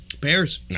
Bears